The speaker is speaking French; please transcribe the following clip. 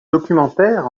documentaire